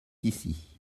ici